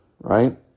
right